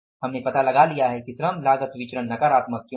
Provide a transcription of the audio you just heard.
हमने पता लगा लिया है श्रम लागत विचरण नकारात्मक क्यों है